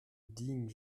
digne